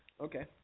Okay